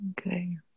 Okay